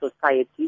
society